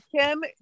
kim